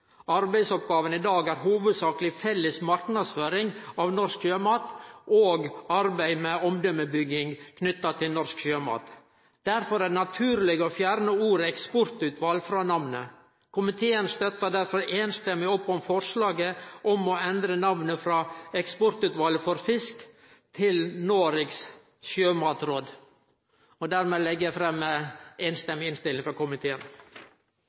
Arbeidsoppgåvene i dag er hovudsakleg felles marknadsføring av norsk sjømat og arbeid med omdømmebygging knytt til norsk sjømat. Derfor er det naturleg å fjerne ordet «eksportutvalet» frå namnet. Komiteen støttar derfor samrøystes opp om forslaget om å endre namnet frå Eksportutvalet for fisk til Noregs sjømatråd AS. Dermed legg eg fram ei samrøystes innstilling frå komiteen.